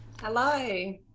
hello